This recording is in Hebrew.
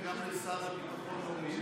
וגם לשר ביטחון לאומי,